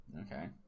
Okay